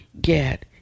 get